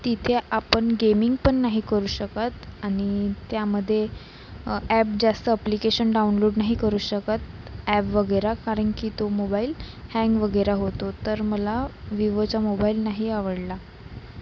तिथे आपण गेमिंगपण नाही करू शकत आणि त्यामधे ॲप जास्त ॲप्लिकेशन डाउनलोड नाही करू शकत ॲब वगैरे कारण की तो मोबाईल हॅंग वगैरे होतो तर मला विवोचा मोबाईल नाही आवडला